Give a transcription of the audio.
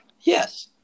Yes